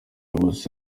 bose